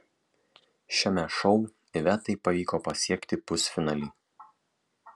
šiame šou ivetai pavyko pasiekti pusfinalį